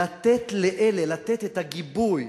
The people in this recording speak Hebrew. לתת לאלה, לתת את הגיבוי.